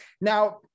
Now